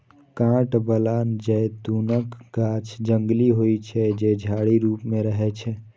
कांट बला जैतूनक गाछ जंगली होइ छै, जे झाड़ी रूप मे रहै छै